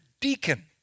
deacon